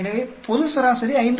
எனவேபொது சராசரி 5